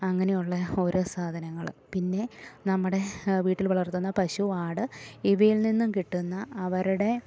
അങ്ങനെയുള്ള ഓരോ സാധനങ്ങൾ പിന്നെ നമ്മുടെ വീട്ടിൽ വളർത്തുന്ന പശു ആട് ഇവയിൽ നിന്നും കിട്ടുന്ന അവരുടെ